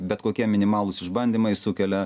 bet kokie minimalūs išbandymai sukelia